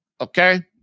okay